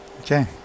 Okay